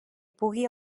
pugui